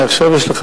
מעכשיו יש לך